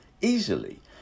easily